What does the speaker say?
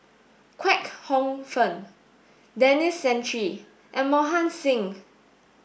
Kwek Hong Png Denis Santry and Mohan Singh